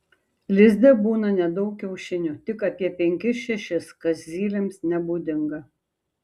lizde būna nedaug kiaušinių tik apie penkis šešis kas zylėms nebūdinga